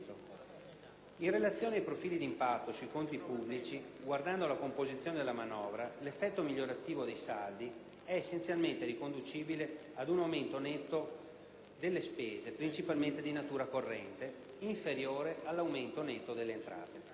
In relazione ai profili d'impatto sui conti pubblici, guardando alla composizione della manovra, l'effetto migliorativo dei saldi è essenzialmente riconducibile ad un aumento netto delle spese (principalmente di natura corrente) inferiore all'aumento netto delle entrate.